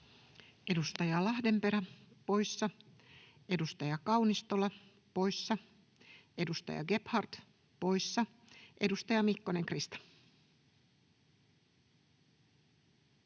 Edustaja Lahdenperä, poissa. Edustaja Kaunistola, poissa. Edustaja Gebhard, poissa. — Edustaja Mikkonen, Krista.